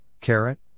carrot